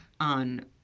on